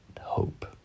hope